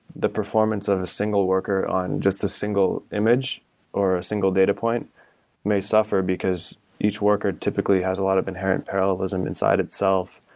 the performance of a single worker on just a single image or a single data point may suffer because each worker typically has a lot of inherent parallelism inside itself.